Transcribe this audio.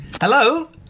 Hello